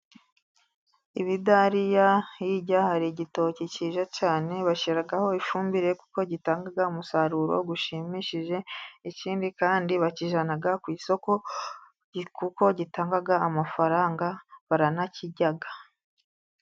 Ibidariya, hirya hari igitoki kiza cyane bashyiraho ifumbire, kuko gitanga umusaruro ushimishije, ikindi kandi bakijyana ku isoko, kuko gitanga amafaranga, baranakirya.